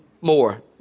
more